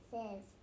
Says